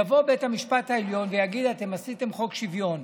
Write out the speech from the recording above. יבוא בית המשפט העליון ויגיד: אתם עשיתם חוק שוויון.